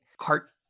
cart